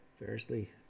variously